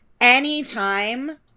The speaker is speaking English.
Anytime